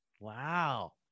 Wow